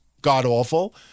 god-awful